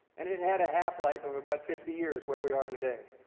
and it had a half life of about fifty years, where we are today.